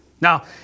Now